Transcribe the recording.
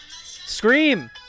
Scream